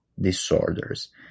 disorders